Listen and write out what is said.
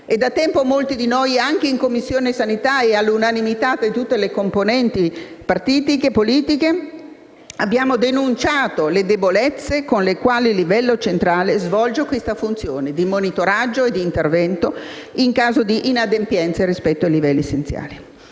Da tempo anche in Commissione sanità, all'unanimità delle componenti partitiche, abbiamo denunciato le debolezze con le quali il livello centrale svolge la funzione di monitoraggio e di intervento in caso di inadempienze rispetto ai livelli essenziali.